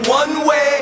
one-way